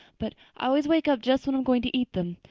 but i always wake up just when i'm going to eat them.